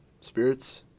spirits